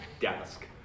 desk